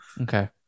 Okay